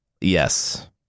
Yes